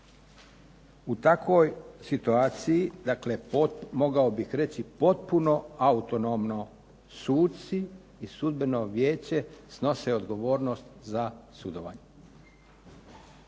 U takvoj situaciji, mogao bih reći, potpuno autonomno suci i sudbeno vijeće snose odgovornost za sudovanje.